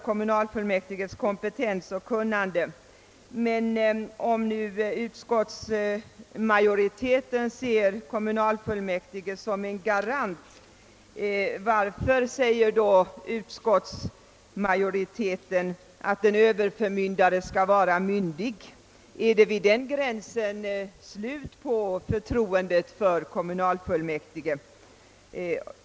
kommunalfullmäktiges kompetens och kunnande. Men när nu utskottsmajoriteten ser kommunalfullmäktige som en garant, varför anser då utskottsmajoriteten att en överförmyndare skall vara myndig? är det vid den gränsen slut på förtroendet för kommunalfullmäktige?